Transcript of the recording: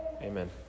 Amen